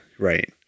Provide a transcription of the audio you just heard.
Right